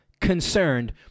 concerned